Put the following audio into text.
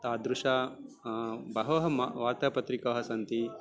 तादृशाः बह्व्यः मा वार्तापत्रिकाः सन्ति